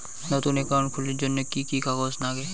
নতুন একাউন্ট খুলির জন্যে কি কি কাগজ নাগে?